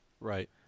Right